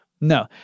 No